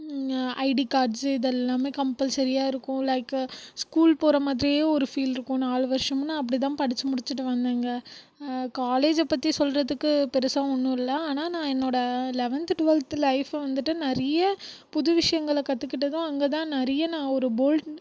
ID cards இதெல்லாமே கம்பல்சரியாக இருக்கும் லைக் ஸ்கூல் போகிற மாதிரியே ஒரு ஃபீலிருக்கும் நாலு வருஷமும் நான் அப்படிதான் படிச்சு முடிச்சுட்டு வந்தேங்க காலேஜை பற்றி சொல்றதுக்கு பெரிசா ஒன்றும் இல்லை ஆனால் நான் என்னோடய லெவன்த் ட்வெல்த் லைஃப் வந்துட்டு நிறைய புது விஷயங்களை கற்றுக்கிட்டதும் அங்கேதான் நிறைய நான் ஒரு போல்ட்